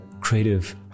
creative